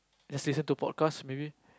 just listen to forecast maybe